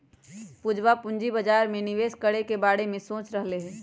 पूजवा पूंजी बाजार में निवेश करे के बारे में सोच रहले है